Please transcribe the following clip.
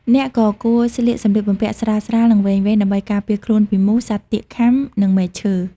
អ្នកក៏គួរពាក់សម្លៀកបំពាក់ស្រាលៗ និងវែងៗដើម្បីការពារខ្លួនពីមូស សត្វទាកខាំ និងមែកឈើ។